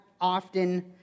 often